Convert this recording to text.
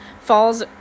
falls